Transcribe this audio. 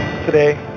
today